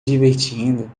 divertindo